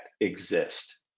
exist